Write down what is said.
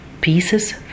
pieces